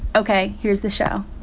ok, here's the show